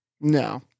No